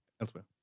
elsewhere